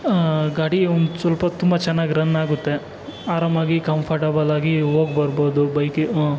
ಗಾಡಿ ಒಂದು ಸ್ವಲ್ಪೊತ್ತು ತುಂಬ ಚೆನ್ನಾಗಿ ರನ್ ಆಗುತ್ತೆ ಆರಾಮಾಗಿ ಕಂಫರ್ಟೆಬಲಾಗಿ ಹೋಗಿ ಬರ್ಬೋದು ಬೈಕು